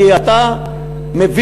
כי אתה מבין,